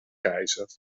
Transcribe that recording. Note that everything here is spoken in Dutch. keizer